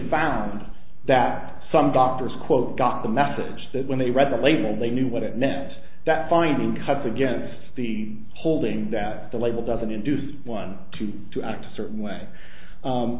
found that some doctors quote got the message that when they read the label they knew what it meant that finding cuts against the holding that the label doesn't induce one two to act a certain way